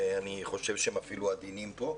ואני חושב שהם אפילו עדינים פה.